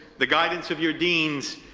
the guidance of your deans,